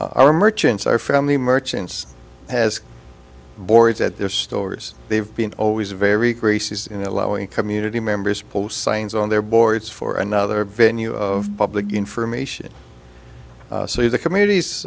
our merchants are family merchants has boards at their stores they've been always very gracious in allowing community members post signs on their boards for another venue of public information see the comm